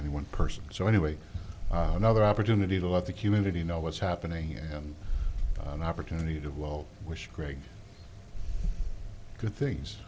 any one person so anyway another opportunity to let the humanity know what's happening and an opportunity to well wish greg good things